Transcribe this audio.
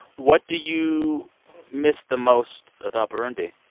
what do you miss the most about burundi?